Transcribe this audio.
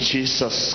Jesus